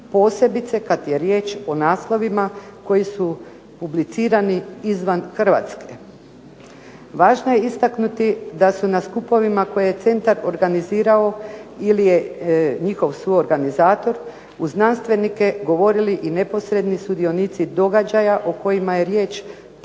Posebice kad je riječ o naslovima koji su publicirani izvan Hrvatske. Važno je istaknuti da su na skupovima koje je centar organizirao ili je njihov suorganizator, uz znanstvenike govorili i neposredni sudionici događaja o kojima je riječ tako da